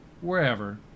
wherever